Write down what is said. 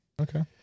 Okay